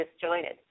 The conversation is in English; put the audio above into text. disjointed